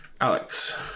Alex